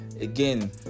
again